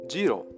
Zero